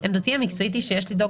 עמדתי המקצועית היא שיש לדאוג